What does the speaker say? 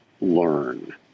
learn